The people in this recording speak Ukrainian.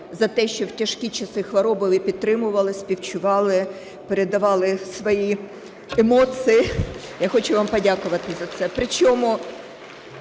за те, що в тяжкі часи хвороби ви підтримували, співчували, передавали свої емоції. Я хочу вам подякувати за це.